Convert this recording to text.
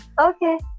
Okay